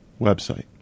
website